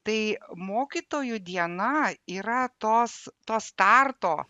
tai mokytojų diena yra tos to starto